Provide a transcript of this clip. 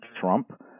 Trump